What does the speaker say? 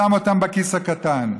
שם אותם בכיס הקטן,